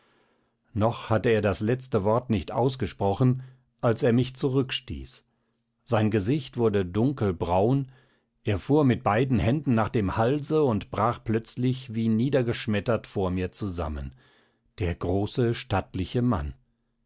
noch hatte er das letzte wort nicht ausgesprochen als er mich zurückstieß sein gesicht wurde dunkelbraun er fuhr mit beiden händen nach dem halse und brach plötzlich wie niedergeschmettert vor mir zusammen der große stattliche mann